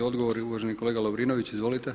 I odgovor uvaženi kolega Lovrinović, izvolite.